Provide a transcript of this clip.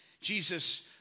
Jesus